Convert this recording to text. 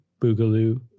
Boogaloo